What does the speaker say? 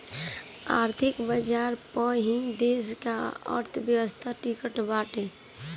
आर्थिक बाजार पअ ही देस का अर्थव्यवस्था टिकल बाटे